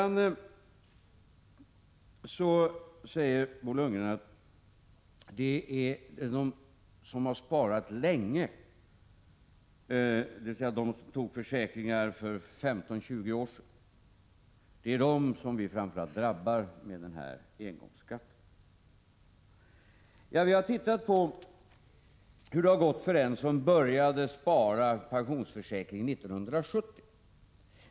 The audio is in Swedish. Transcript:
Vidare säger Bo Lundgren att det är de som har sparat länge — dvs. de som tog försäkringar för 15—20 år sedan — som vi framför allt drabbar genom den här engångsskatten. Ja, vi har tittat på hur det har gått för den som började spara i pensionsförsäkringen 1970.